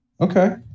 Okay